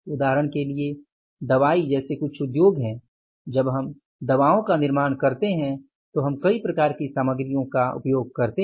उदाहरण के लिए दवाई जैसे कुछ उद्योग हैं जब हम दवाओं का निर्माण करते हैं तो हम कई प्रकार की सामग्रियों का उपयोग करते हैं